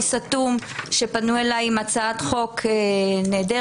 סתום" שפנוי אליי עם הצעת חוק נהדרת,